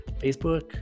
Facebook